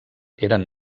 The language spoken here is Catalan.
eren